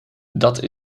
dat